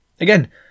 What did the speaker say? Again